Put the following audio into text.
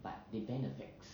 but they bend the facts